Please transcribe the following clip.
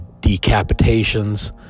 decapitations